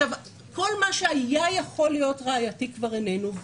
כל מה שהיה יכול להיות ראייתי, כבר איננו.